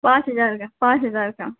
पाँच हज़ार में पाँच हज़ार का